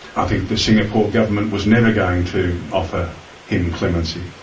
i think the singapore government was never going to offer him clemency.